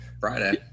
Friday